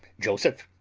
joseph,